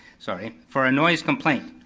sorry, for a noise complaint.